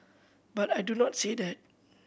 but I do not say that